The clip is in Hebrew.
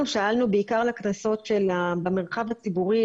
אנחנו שאלנו בעיקר על הקנסות במרחב הציבורי,